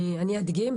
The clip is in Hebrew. אדגים,